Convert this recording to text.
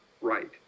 right